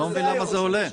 אני לא מבין למה זה עולה.